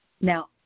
Now